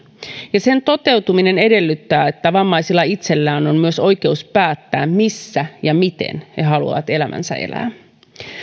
ja sen toteutuminen edellyttää että vammaisilla itsellään on myös oikeus päättää missä ja miten he haluavat elämänsä elää